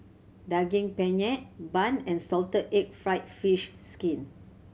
Daging Penyet bun and salted egg fried fish skin